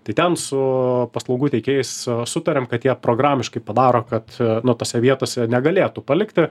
tai ten su paslaugų teikėjais sutariam kad jie programiškai padaro kad na tose vietose negalėtų palikti